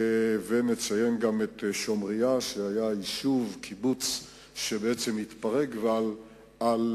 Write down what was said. נציין גם את שומריה שהיה קיבוץ שהתפרק, ולא על